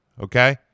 Okay